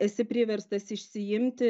esi priverstas išsiimti